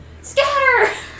Scatter